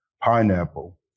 pineapple